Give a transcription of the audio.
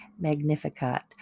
Magnificat